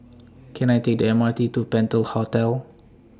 Can I Take The M R T to Penta Hotel